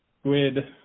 squid